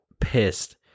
pissed